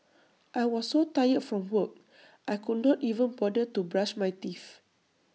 I was so tired from work I could not even bother to brush my teeth